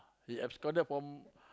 he absconded from